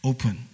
Open